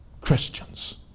Christians